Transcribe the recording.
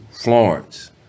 Florence